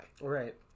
Right